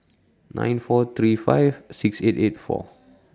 nine four three five six eight eight four